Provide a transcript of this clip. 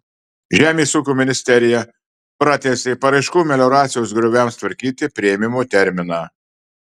žemės ūkio ministerija pratęsė paraiškų melioracijos grioviams tvarkyti priėmimo terminą